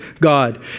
God